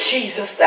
Jesus